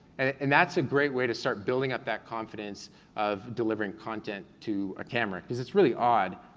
and that's a great way to start building up that confidence of delivering content to a camera, cause it's really odd,